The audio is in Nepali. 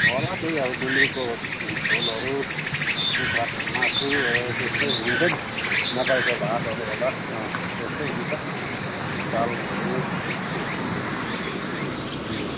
होला त्यहीँ अब गुन्द्रुकको झोलहरू कुखुराको मासु हो त्यस्तै हुन्छ नि मकैको भातहरू होला अँ त्यस्तै हुन्छ दालहरू